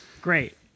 Great